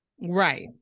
Right